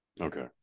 okay